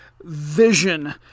vision